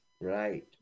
right